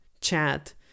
chat